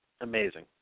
amazing